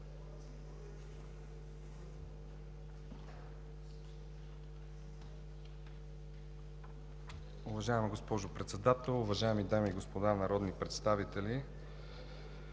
Уважаема госпожо Председател, уважаеми дами и господа народни представители!